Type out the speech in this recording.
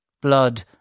blood